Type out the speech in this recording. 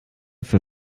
für